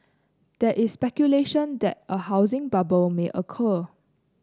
there is speculation that a housing bubble may occur